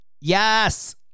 yes